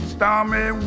Stormy